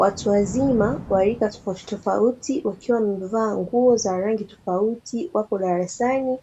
Watu wazima, wa rika tofautitofauti wakiwa wamevaa nguo za rangi tofauti wako darasani,